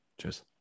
Cheers